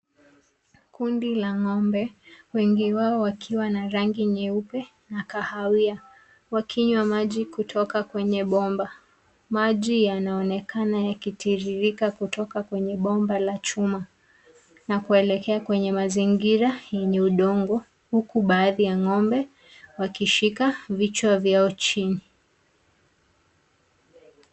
Kundi la ng'ombe, wengi wao wakiwa na rangi nyeupe na kahawia wakinywa maji kutoka kwenye bomba. Maji yanaonekana yakitiririka kutoka kwenye bomba la chuma na kuelekea kwenye mazingira yenye udongo huku baadhi ya ng'ombe wakishika vichwa vyao chini.